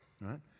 right